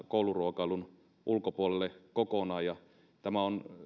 kouluruokailun ulkopuolelle kokonaan ja tämä on